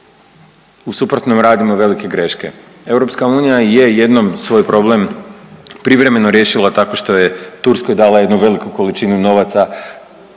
u suprotnom radimo velike greške. EU je jednom svoj problem privremeno riješila tako što je Turskoj dala jednu veliku količinu novaca